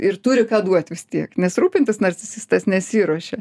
ir turi ką duot vis tiek nes rūpintis narcisistas nesiruošia